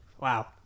Wow